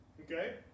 Okay